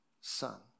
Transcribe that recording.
son